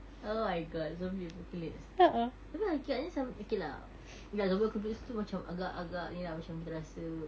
oh my god zombie apocalypse tapi agaknya sam~ okay lah ya zombie apocalypse tu macam agak-agak macam kita rasa